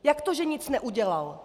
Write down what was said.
Jak to, že nic neudělal?